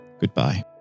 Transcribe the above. goodbye